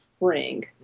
ring